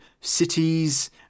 cities